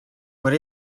what